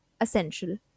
essential